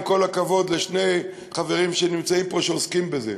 עם כל הכבוד לשני חברים שנמצאים פה שעוסקים בזה,